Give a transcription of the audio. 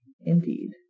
Indeed